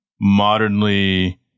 modernly